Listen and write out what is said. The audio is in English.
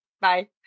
Bye